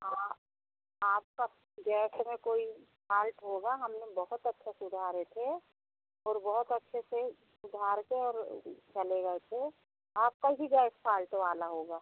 हाँ आपका गैस में कोई फॉल्ट होगा हमने बहुत अच्छा सुधारे थे और बहुत अच्छे से सुधार कर और चले गए थे आपका ही गैस फाल्ट वाला होगा